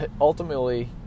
ultimately